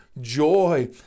joy